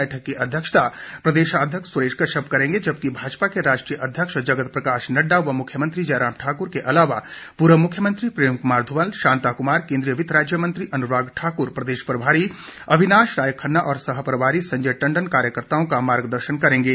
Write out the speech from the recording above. बैठक की अध्यक्षता प्रदेशाध्यक्ष सुरेश कश्यप करेंगे जबकि भाजपा के राष्ट्रीय अध्यक्ष जगत प्रकाश नड्डा व मुख्यमंत्री जयराम ठाकूर के अलावा पूर्व मुख्यमंत्री प्रेम कुमार धूमल शांता कुमार केन्द्रीय वित्त राज्य मंत्री अनुराग ठाकूर प्रदेश प्रभारी अविनाश राय खन्ना और सह प्रभारी संजय टंडन कार्यकर्ताओं का मार्गदर्शन करेंगे